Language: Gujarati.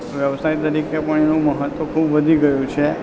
વ્યવસાય તરીકે પણ એનું મહત્વ ખૂબ વધી ગયું છે